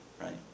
right